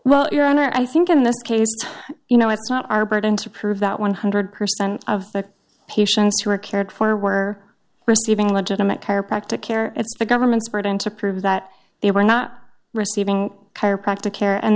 well your honor i think in this case you know it's not our burden to prove that one hundred percent of the patients who are cared for were receiving legitimate chiropractor care it's the government's burden to prove that they were not receiving chiropractic care and